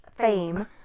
fame